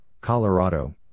Colorado